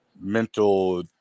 mental